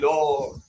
Lord